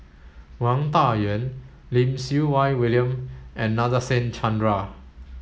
Wang Dayuan Lim Siew Wai William and Nadasen Chandra